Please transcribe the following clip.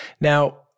Now